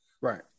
Right